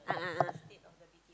a'ah a'ah